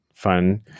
fun